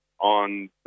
on